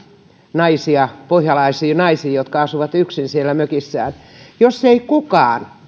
naisia pohjalaisia naisia jotka asuvat yksin siellä mökissään jos ei kukaan